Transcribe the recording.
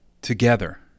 together